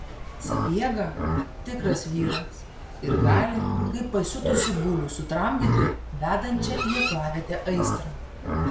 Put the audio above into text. sapiega tikras vyras ir gali kaip pasiutusį bulių sutramdyti vedančią į aklavietę aistrą